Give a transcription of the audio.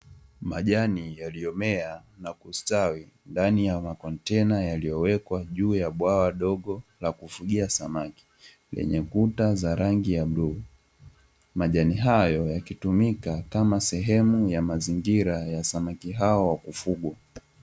Majani yaliyo mea na kustawi ndani ya makontena yaliyowekwa juu ya bwawa dogo la kufugia samaki lenye kuta za rangi ya bluu. Majani hayo yakitumika kama sehemu ya mazingira ya samaki hao wa kufugwa.